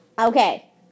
Okay